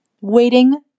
waiting